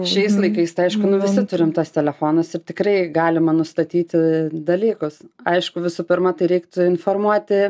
šiais laikais tai aišku nu visi turim tuos telefonus ir tikrai galima nustatyti dalykus aišku visų pirma tai reiktų informuoti